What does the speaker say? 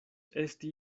esti